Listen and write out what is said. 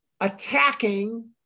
attacking